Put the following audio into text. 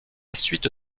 suite